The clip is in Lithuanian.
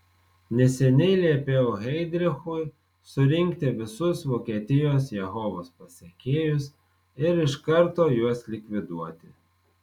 neseniai liepiau heidrichui surinkti visus vokietijos jehovos pasekėjus ir iš karto juos likviduoti